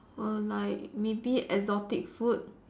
oh like maybe exotic food